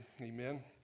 Amen